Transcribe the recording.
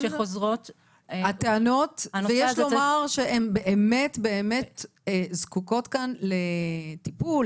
ויש לומר שהן באמת זקוקות כאן לטיפול,